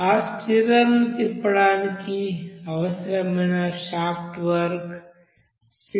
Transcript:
ఆ స్టిరర్ను తిప్పడానికి అవసరమైన షాఫ్ట్ వర్క్ 600 వాట్